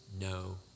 no